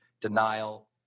denial